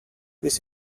this